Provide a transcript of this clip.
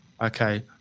okay